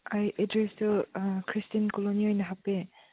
ꯑꯩ ꯑꯦꯗ꯭ꯔꯦꯁꯇꯨ Christian colony ꯑꯣꯏꯅ ꯍꯥꯞꯄꯦ